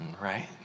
right